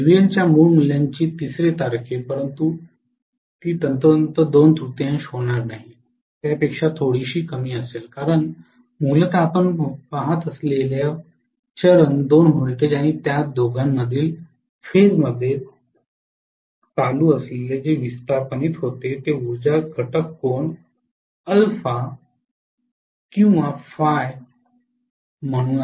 केव्हीएच्या मूळ मूल्याची तीसरे तारके परंतु ती तंतोतंत दोन तृतीयांश होणार नाही त्यापेक्षा थोडीशी कमी असेल कारण मूलतः आपण पहात असलेले चरण दोन व्होल्टेज आणि त्या दोघांमधील टप्प्यात चालू असलेले जे विस्थापन होते ते उर्जा घटक कोन α किंवा φ म्हणून